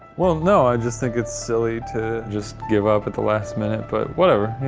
well, no, i just think it's silly to just give up at the last minute, but whatever.